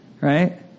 right